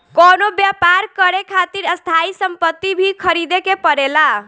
कवनो व्यापर करे खातिर स्थायी सम्पति भी ख़रीदे के पड़ेला